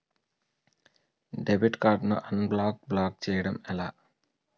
Debit card ను unblock block చేయటం ఎలా?